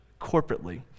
corporately